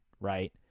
right